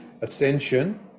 ascension